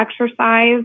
exercise